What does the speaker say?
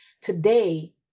today